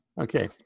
Okay